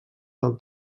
del